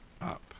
up